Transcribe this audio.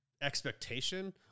expectation